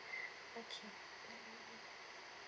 okay